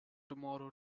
tomorrow